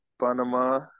Panama